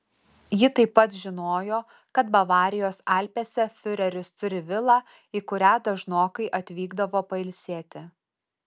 ji taip pat žinojo kad bavarijos alpėse fiureris turi vilą į kurią dažnokai atvykdavo pailsėti